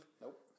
Nope